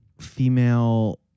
female